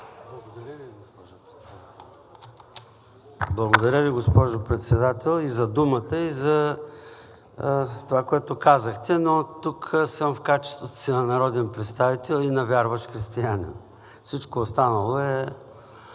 Благодаря Ви, госпожо Председател, и за думата, и за това, което казахте, но тук съм в качеството си на народен представител и на вярващ християнин. Всичко останало в